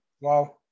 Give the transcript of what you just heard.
Wow